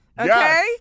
Okay